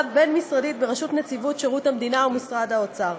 בין-משרדית בראשות נציבות שירות המדינה ומשרד האוצר.